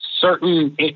certain